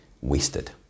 wasted